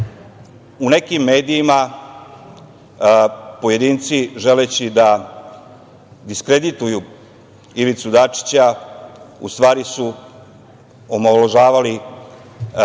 nekim medijima pojedinci želeći da diskredituju Ivicu Dačića u stvari su omalovažavali